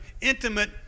intimate